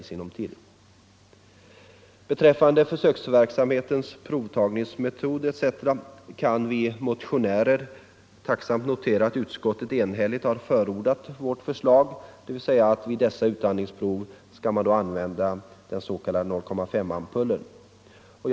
Vad beträffar de provtagningsmetoder som skall användas under försöksverksamheten kan vi motionärer tacksamt notera att utskottet enhälligt har förordat vårt förslag, dvs. att man vid dessa utandningsprov skall använda den s.k. 0,5-promilleampullen.